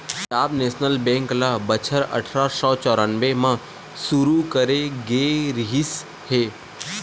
Punjab national bank ल बछर अठरा सौ चौरनबे म सुरू करे गे रिहिस हे